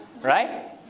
Right